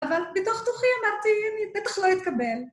אבל בתוך תוכי אמרתי, אני בטח לא אתקבל.